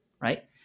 right